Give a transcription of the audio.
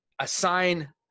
assign